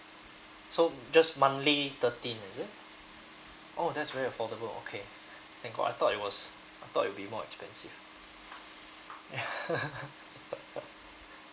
so just monthly thirteen is it oh that's very affordable okay thank god I thought it was I thought it will be more expensive